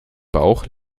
bauch